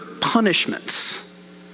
punishments